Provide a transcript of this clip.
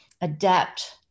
adapt